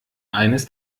eines